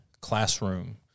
classroom